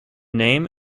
name